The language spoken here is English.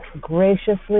graciously